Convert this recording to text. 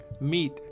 meat